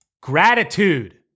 Gratitude